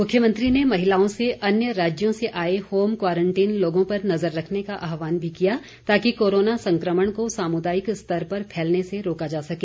मुख्यमंत्री ने महिलाओं से अन्य राज्यों से आए होम क्वारंटीन लोगों पर नजर रखने का आहवान भी किया ताकि कोरोना संकमण को सामुदायिक स्तर पर फैलने से रोका जा सके